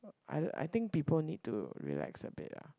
either I think people need to relax a bit ah